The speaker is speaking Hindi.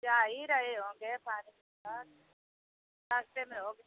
जा ही रहे होंगे पानी के साथ रास्ते में होंगे